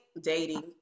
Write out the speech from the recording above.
dating